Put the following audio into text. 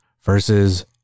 versus